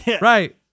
Right